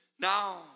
Now